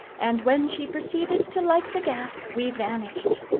and when she proceeded to light the gas, we vanished.